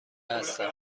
هستم